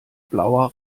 blauer